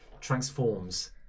transforms